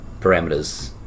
parameters